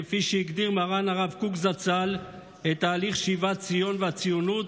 כפי שהגדיר מרן הרב קוק זצ"ל את תהליך שיבת ציון והציונות,